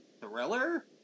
thriller